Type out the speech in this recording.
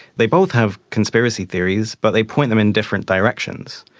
they both have conspiracy theories but they point them in different directions.